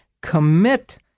commit